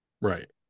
Right